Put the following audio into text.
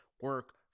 Work